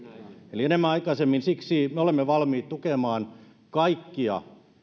eli enemmän ja aikaisemmin siksi me olemme valmiit tukemaan kaikkia